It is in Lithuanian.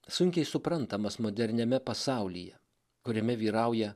sunkiai suprantamas moderniame pasaulyje kuriame vyrauja